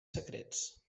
secrets